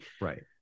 right